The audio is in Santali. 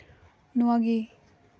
ᱱᱚᱣᱟᱜᱮ